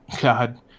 God